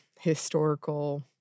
historical